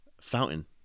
fountain